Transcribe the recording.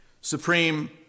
Supreme